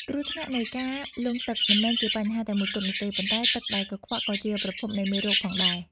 គ្រោះថ្នាក់នៃការលង់ទឹកមិនមែនជាបញ្ហាតែមួយគត់នោះទេ ប៉ុន្តែទឹកដែលកខ្វក់ក៏ជាប្រភពនៃមេរោគផងដែរ។